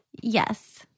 Yes